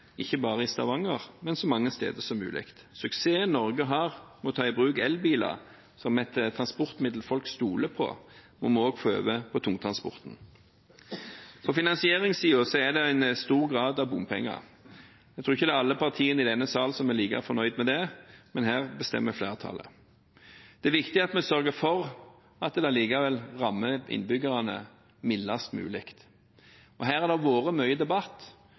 å ta i bruk elbiler som et transportmiddel folk stoler på, må vi også få over på tungtransporten. På finansieringssiden er det en stor grad av bompenger. Jeg tror ikke det er alle partiene i denne sal som er like fornøyd med det, men her bestemmer flertallet. Det er viktig at vi sørger for at det likevel rammer innbyggerne mildest mulig. Her har det vært mye debatt,